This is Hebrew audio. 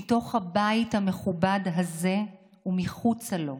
מתוך הבית המכובד הזה ומחוצה לו: